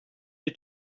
you